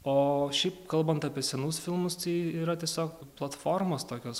o šiaip kalbant apie senus filmus tai yra tiesiog platformos tokios